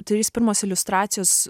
trys pirmos iliustracijos